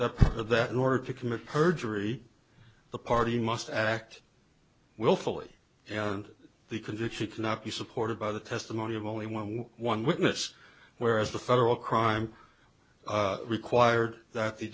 are that in order to commit perjury the party must act willfully and the conviction cannot be supported by the testimony of only one one witness whereas the federal crime required that the